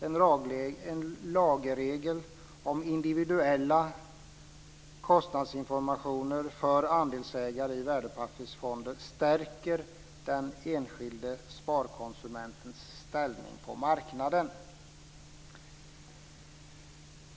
En lagregel om individuell kostnadsinformation för andelsägare i värdepappersfonder stärker den enskilde "sparkonsumentens" ställning på marknaden.